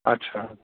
अच्छा